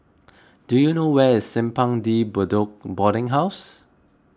do you know where is Simpang De Bedok Boarding House